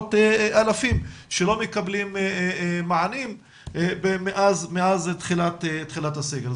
עשרות אלפים שלא מקבלים מענים מאז תחילת הסגר.